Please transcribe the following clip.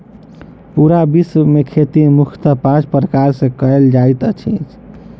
पूरा विश्व मे खेती मुख्यतः पाँच प्रकार सॅ कयल जाइत छै